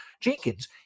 Jenkins